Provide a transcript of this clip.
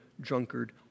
drunkard